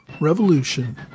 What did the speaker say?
Revolution